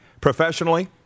professionally